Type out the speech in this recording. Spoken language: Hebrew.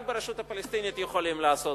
את זה רק ברשות הפלסטינית יכולים לעשות.